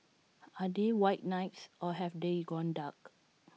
are they white knights or have they gone dark